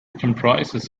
comprises